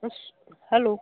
ਅੱਛਾ ਹੈਲੋ